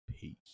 Peace